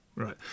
Right